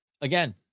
Again